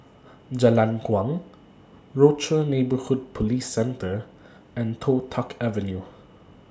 Jalan Kuang Rochor Neighborhood Police Centre and Toh Tuck Avenue